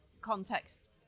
context